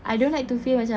it's small